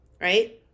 right